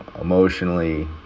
emotionally